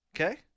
Okay